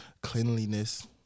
Cleanliness